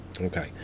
Okay